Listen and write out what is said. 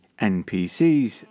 NPCs